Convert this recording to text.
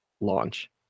launch